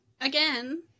Again